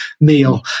meal